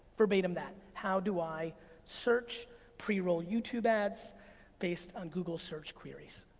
verbatim that. how do i search pre-roll youtube ads based on google search queries?